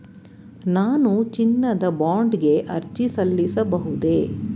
ನಾನು ಚಿನ್ನದ ಬಾಂಡ್ ಗೆ ಅರ್ಜಿ ಸಲ್ಲಿಸಬಹುದೇ?